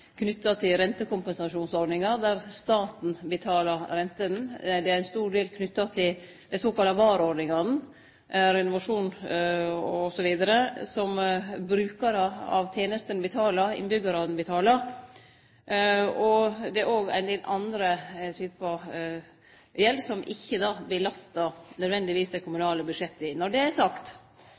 knytt til rentekompensasjonsordninga, der staten betalar rentene. Ein stor del er knytt til dei såkalla VAR-ordningane, renovasjon osv., som brukarane av tenestene, innbyggjarane, betalar. Det er òg ein del andre typar gjeld som ikkje nødvendigvis belastar dei kommunale budsjetta. Når det er sagt,